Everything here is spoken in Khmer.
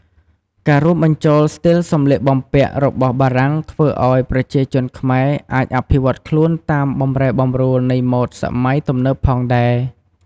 ការរួមបញ្ចូលស្ទីលសម្លៀកបំពាក់របស់បារាំងធ្វើឱ្យប្រជាជនខ្មែរអាចអភិវឌ្ឍខ្លួនតាមបម្រែបម្រួលនៃម៉ូដសម័យទំនើបផងដែរ។